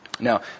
Now